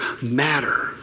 Matter